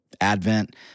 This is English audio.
Advent